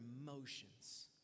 emotions